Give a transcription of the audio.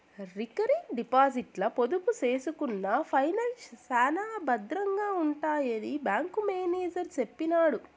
recurring డిపాజిట్ల పొదుపు సేసుకున్న పైసల్ శానా బద్రంగా ఉంటాయని బ్యాంకు మేనేజరు సెప్పినాడు